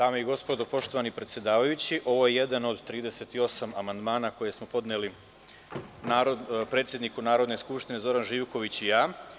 Dame i gospodo, poštovani predsedavajući, ovo je jedan od 38 amandmana koje smo podneli predsedniku Narodne skupštine Zoran Živković i ja.